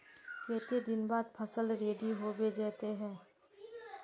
केते दिन बाद फसल रेडी होबे जयते है?